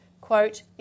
quote